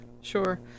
sure